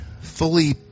fully